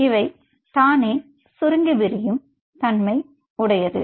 இவை தானே சுருங்கி விரியும் தன்மை உடையது